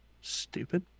stupid